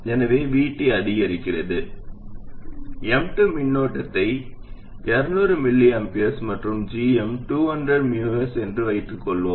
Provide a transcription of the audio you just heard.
எனவே VT அதிகரிக்கிறது M2 மின்னோட்டத்தை 200 µA மற்றும் gm 200 µS என்று வைத்துக்கொள்வோம்